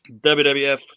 WWF